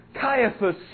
Caiaphas